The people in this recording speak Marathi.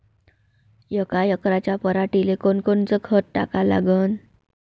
यका एकराच्या पराटीले कोनकोनचं खत टाका लागन?